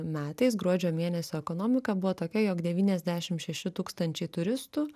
metais gruodžio mėnesio ekonomika buvo tokia jog devyniasdešim šeši tūkstančiai turistų